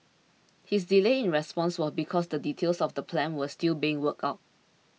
his delay in response was because details of the plan were still being worked out